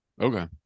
Okay